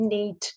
need